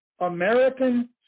American